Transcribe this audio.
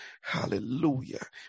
hallelujah